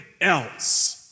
else